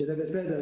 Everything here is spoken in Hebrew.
שזה בסדר,